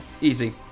easy